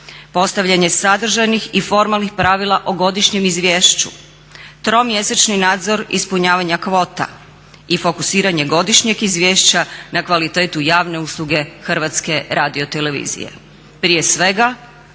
postavljanju sadržajnih i formalnih pravila o godišnjem izvješću, tromjesečni nadzor ispunjavanja kvota i fokusiranje godišnjeg izvješća na kvalitetu javne usluge HRT-a. Prije svega